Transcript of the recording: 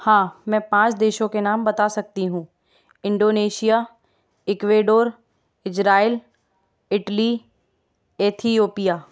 हाँ मैं पाँच देशों के नाम बात सकती हूँ Indonesia Ecuador Israel Italy Ethiopia